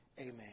Amen